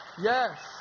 Yes